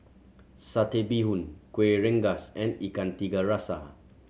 Satay Bee Hoon Kueh Rengas and Ikan Tiga Rasa